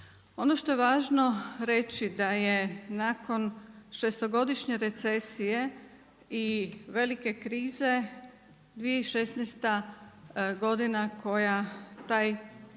Ono što je važno reći da je nakon šestogodišnje recesije i velike krize 2016. godina koja tu